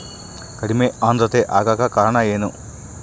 ಕಡಿಮೆ ಆಂದ್ರತೆ ಆಗಕ ಕಾರಣ ಏನು?